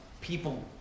people